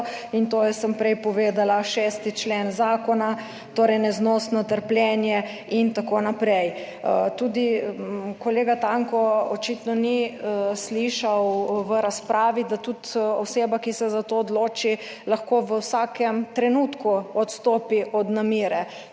in to je, sem prej povedala, 6. člen zakona, torej neznosno trpljenje in tako naprej. Kolega Tanko očitno ni slišal v razpravi, da tudi oseba, ki se za to odloči, lahko v vsakem trenutku odstopi od namere,